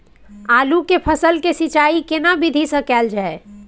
आलू के फसल के सिंचाई केना विधी स कैल जाए?